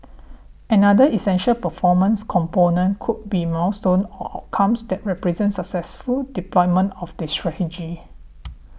another essential performance component could be milestone or outcomes that represent successful deployment of the strategy